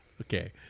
Okay